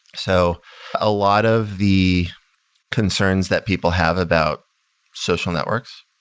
so a lot of the concerns that people have about social networks